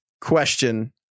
question